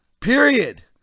Period